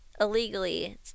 illegally